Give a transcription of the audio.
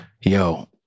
Yo